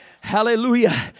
Hallelujah